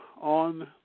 on